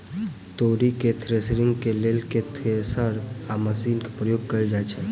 तोरी केँ थ्रेसरिंग केँ लेल केँ थ्रेसर या मशीन केँ प्रयोग कैल जाएँ छैय?